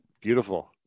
Beautiful